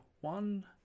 one